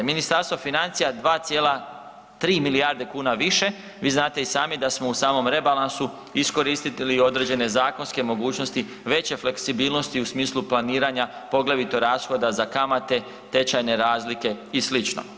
Ministarstvo financija 2,3 milijarde kuna više, vi znate i sami da smo u samom rebalansu iskoristili određene zakonske mogućnosti veće fleksibilnosti u smislu planiranja poglavito rashoda za kamate, tečajne rashode i slično.